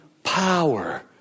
Power